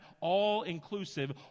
all-inclusive